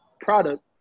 product